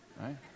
right